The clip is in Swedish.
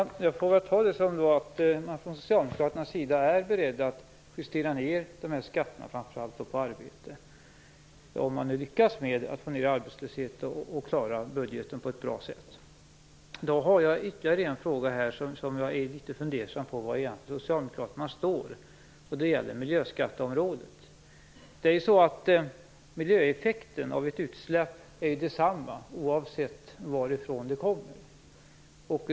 Fru talman! Jag får tolka det som att man från socialdemokraternas sida är beredd att justera ned skatterna, framför allt på arbete, om man lyckas med att få ned arbetslösheten och klarar budgeten på ett bra sätt. Jag har ytterligare en fråga där jag är litet fundersam över var socialdemokraterna egentligen står. Det gäller miljöskatteområdet. Miljöeffekten av ett utsläpp är densamma oavsett varifrån det kommer.